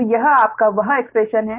तो यह आपका वह एक्स्प्रेशन हैं